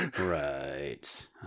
Right